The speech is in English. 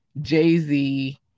Jay-Z